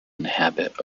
inhabit